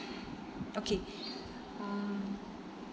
okay um